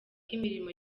imirimo